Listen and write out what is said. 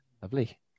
Lovely